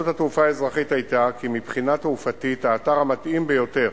התעופה האזרחית היתה כי מבחינה תעופתית האתר המתאים ביותר